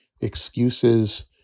excuses